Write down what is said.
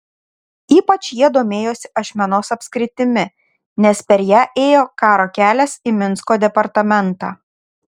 ypač jie domėjosi ašmenos apskritimi nes per ją ėjo karo kelias į minsko departamentą